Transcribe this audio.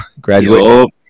graduating